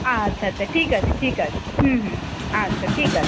আচ্ছা আচ্ছা ঠিক আছে ঠিক আছে হুম হুম হুম আচ্ছা ঠিক আছে